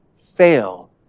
fail